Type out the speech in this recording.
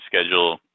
schedule